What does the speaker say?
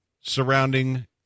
surrounding